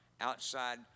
outside